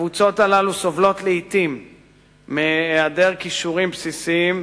הקבוצות הללו סובלות לעתים מהעדר כישורים בסיסיים,